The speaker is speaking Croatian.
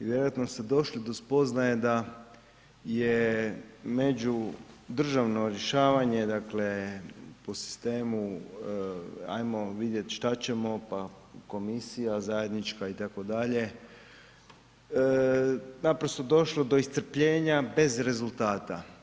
i vjerojatno ste došli do spoznaje da je međudržavno rješavanje, dakle po sistemu ajmo vidjeti šta ćemo pa komisija zajednička itd., naprosto došlo do iscrpljenja bez rezultata.